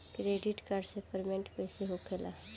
Credit card से payment कईसे होखेला?